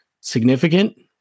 Significant